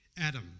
Adam